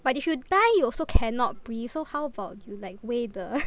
but if you die you also cannot breathe so how about you like weigh the